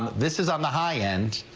this is on the high end.